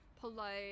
polite